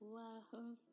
love